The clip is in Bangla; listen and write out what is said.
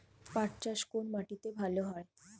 পাট চাষ কোন মাটিতে ভালো হয়?